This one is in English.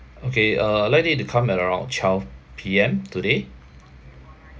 okay uh like it to come around twelve P_M today